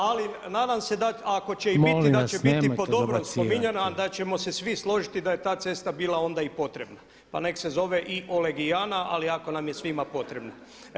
Ali nadam se ako će i biti [[Upadica Reiner: Molim vas nemojte dobacivati.]] da će biti po dobrom spominjana, a da ćemo se svi složiti da je ta cesta bila onda i potrebna, pa nek' se zove i Olegiana ali ako nam je svima potrebna.